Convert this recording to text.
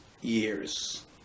years